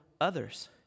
others